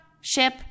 ship